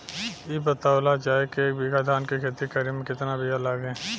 इ बतावल जाए के एक बिघा धान के खेती करेमे कितना बिया लागि?